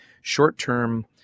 short-term